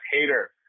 hater